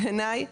בעיניי,